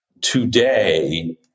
Today